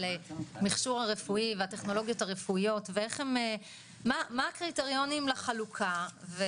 מכשור רפואי והטכנולוגיות הרפואיות ומה הקריטריונים לחלוקה?